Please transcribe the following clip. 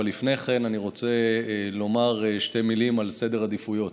אבל לפני כן אני רוצה לומר שתי מילים על סדר עדיפויות.